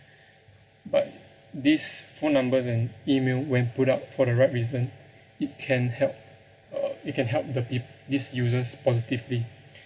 but these phone numbers and email when put up for the right reason it can help uh it can help the peop~ these users positively